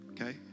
Okay